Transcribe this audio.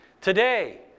today